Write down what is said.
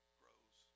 grows